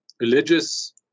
religious